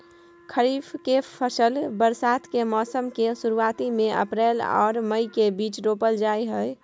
खरीफ के फसल बरसात के मौसम के शुरुआती में अप्रैल आर मई के बीच रोपल जाय हय